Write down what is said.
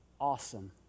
awesome